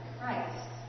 Christ